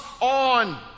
on